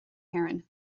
héireann